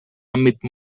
àmbit